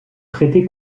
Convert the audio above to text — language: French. traité